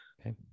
okay